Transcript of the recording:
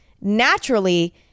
naturally